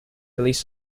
police